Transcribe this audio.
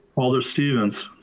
alder stevens.